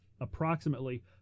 approximately